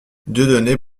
dieudonné